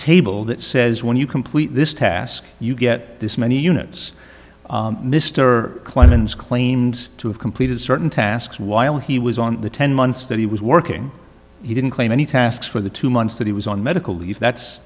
table that says when you complete this task you get this many units mr clemens claimed to have completed certain tasks while he was on the ten months that he was working he didn't claim any tasks for the two months that he was on medical leave that's